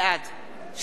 שלי יחימוביץ,